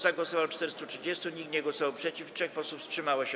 Za głosowało 430, nikt nie głosował przeciw, 3 posłów wstrzymało się.